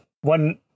one